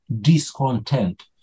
discontent